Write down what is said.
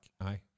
Aye